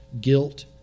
Guilt